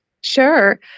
Sure